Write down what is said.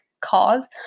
Cause